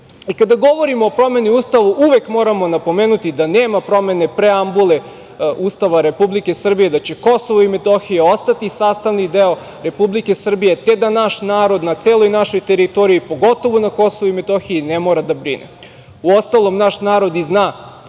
govorimo o promeni Ustava, uvek moramo napomenuti da nema promene preambule Ustava RS da će KiM ostati sastavni deo Republike Srbije, te da naš narod na celoj našoj teritoriji, pogotovo na KiM, ne mora da brine. Uostalom, naš narod i zna